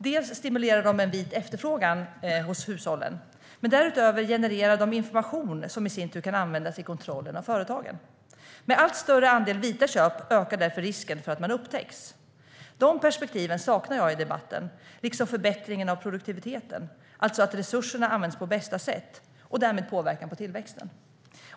De stimulerar en vit efterfrågan hos hushållen, och därutöver genererar de information som i sin tur kan användas i kontrollen av företagen. Med allt större andel vita köp ökar därför risken för att man upptäcks. De perspektiven saknar jag i debatten, liksom förbättringen av produktiviteten - alltså att resurserna används på bästa sätt - och därmed påverkan på tillväxten.